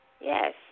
Yes